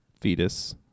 fetus